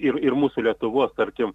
ir ir mūsų lietuvos tarkim